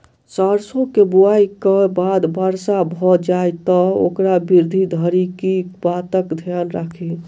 सैरसो केँ बुआई केँ बाद वर्षा भऽ जाय तऽ ओकर वृद्धि धरि की बातक ध्यान राखि?